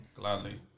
Gladly